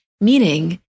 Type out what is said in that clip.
meaning